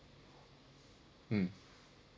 mm